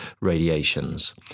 radiations